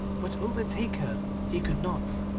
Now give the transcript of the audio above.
but overtake her he could not,